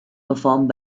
performed